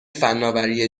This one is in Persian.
فناوری